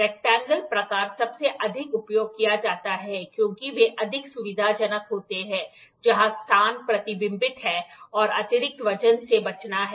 rectangle प्रकार सबसे अधिक उपयोग किया जाता है क्योंकि वे अधिक सुविधाजनक होते हैं जहां स्थान प्रतिबंधित है और अतिरिक्त वजन से बचना है